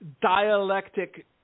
dialectic